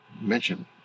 mention